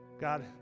God